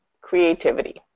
creativity